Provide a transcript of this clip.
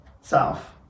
South